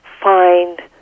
find